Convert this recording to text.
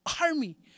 army